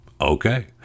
Okay